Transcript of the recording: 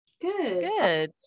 good